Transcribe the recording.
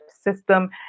system